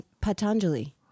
Patanjali